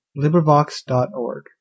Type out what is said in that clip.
LibriVox.org